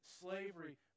slavery